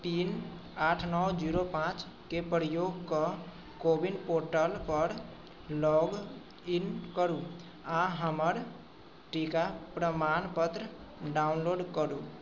pin आठ नओ zero पाँचके प्रयोग कऽ कोविन पोर्टलपर लॉग इन करू आओर हमर टीका प्रमाणपत्र डाउनलोड करू